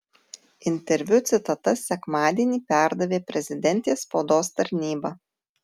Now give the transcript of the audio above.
interviu citatas sekmadienį perdavė prezidentės spaudos tarnyba